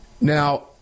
Now